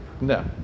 No